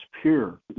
pure